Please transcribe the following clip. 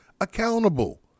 accountable